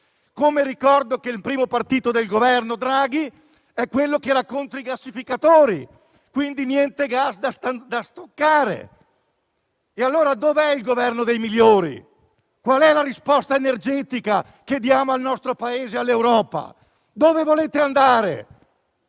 modo, ricordo che il primo partito del Governo Draghi è contrario ai rigassificatori. Quindi, niente gas da stoccare. Dove è, allora, il Governo dei migliori? Qual è la risposta energetica che diamo al nostro Paese e all'Europa? Dove volete andare?